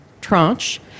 tranche